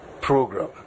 program